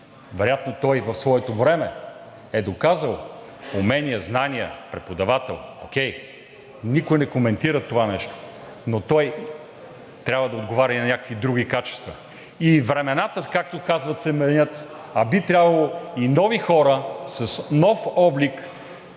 Вероятно той в своето време е доказал умения, знания, преподавател. Окей, никой не коментира това нещо, но той трябва да отговаря и на някакви други качества. И времената, както казват, се менят, а би трябвало и нови хора (реплика